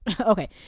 Okay